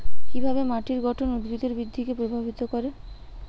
কিভাবে মাটির গঠন উদ্ভিদের বৃদ্ধিকে প্রভাবিত করে?